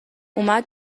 اومد